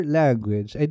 language